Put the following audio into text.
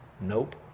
Nope